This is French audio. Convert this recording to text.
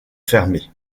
fermé